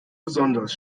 besonders